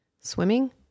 Swimming